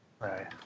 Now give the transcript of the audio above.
right